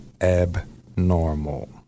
abnormal